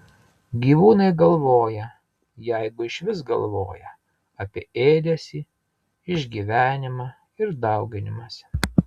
gyvūnai galvoja jeigu išvis galvoja apie ėdesį išgyvenimą ir dauginimąsi